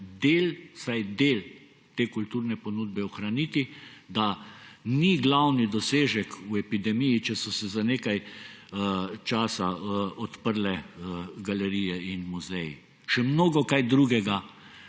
vsaj del te kulturne ponudbe ohraniti, da ni glavni dosežek v epidemiji, če so se za nekaj časa odprle galerije in muzeji. Še mnogokaj drugega